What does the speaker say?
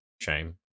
shame